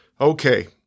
Okay